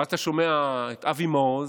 ואז אתה שומע את אבי מעוז,